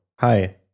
hi